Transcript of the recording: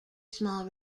small